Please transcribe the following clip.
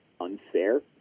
unfair